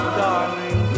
darling